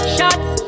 Shots